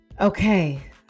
okay